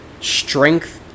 strength